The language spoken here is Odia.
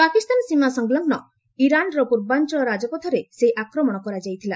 ପାକିସ୍ତାନ ସୀମା ସଂଲଗ୍ନ ଇରାନ୍ର ପୂର୍ବାଞ୍ଚଳ ରାଜପଥରେ ସେହି ଆକ୍ରମଣ କରାଯାଇଥିଲା